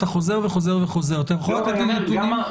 אתה חוזר וחוזר וחוזר, אתה יכול לתת לי נתונים?